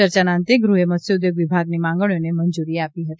ચર્ચાના અંતે ગ્રહે મત્સ્યોઘોગ વિભાગની માંગણીઓને મંજુરી આપી હતી